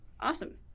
awesome